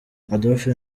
adolphe